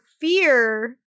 fear